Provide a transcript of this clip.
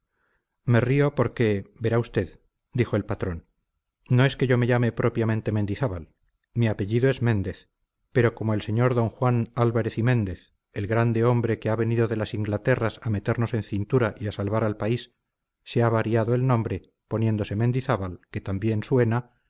me río porque verá usted dijo el patrón no es que yo me llame propiamente mendizábal mi apellido es méndez pero como el sr d juan álvarez y méndez el grande hombre que ha venido de las inglaterras a meternos en cintura y a salvar al país se ha variado el nombre poniéndose mendizábal que tan bien suena